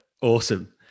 Awesome